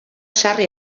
sarri